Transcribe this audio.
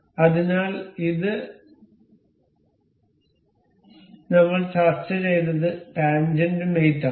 അതിനാൽ ഇത് നിങ്ങൾ ചർച്ച ചെയ്തത് ടാൻജെന്റ് മേറ്റ് ആണ്